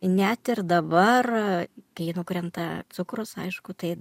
net ir dabar kai nukrenta cukrus aišku tai